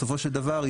בסופו של דבר,